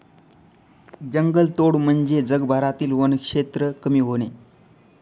जंगलतोड म्हणजे जगभरातील वनक्षेत्र कमी होणे